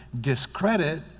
discredit